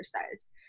exercise